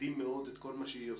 מכבדים מאוד את כל מה שהיא עושה.